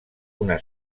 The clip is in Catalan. una